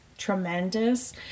tremendous